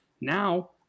Now